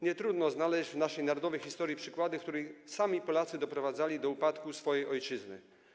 Nietrudno znaleźć w naszej narodowej historii przykłady sytuacji, w których sami Polacy doprowadzali do upadku swojej ojczyzny.